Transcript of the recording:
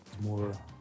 more